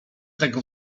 tego